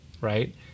right